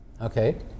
Okay